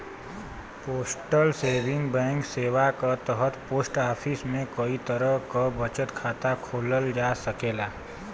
postal saving bank सेवा क तहत पोस्ट ऑफिस में कई तरह क बचत खाता खोलल जा सकेला